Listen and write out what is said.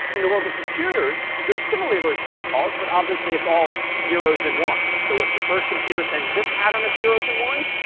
in the world of computers, there's similarly protocols, but obviously it's all zeros and ones. so if the first computer sends this pattern of zeros and ones,